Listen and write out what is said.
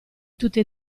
tutte